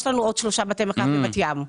יש לנו עוד שלושה בתי מרקחת בבת ים.